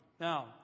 Now